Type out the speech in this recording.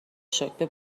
شکر، به